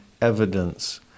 evidence